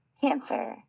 Cancer